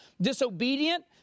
disobedient